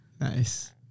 Nice